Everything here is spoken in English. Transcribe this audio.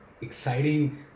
exciting